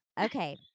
Okay